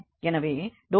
எனவே ∂u∂y ∂v∂x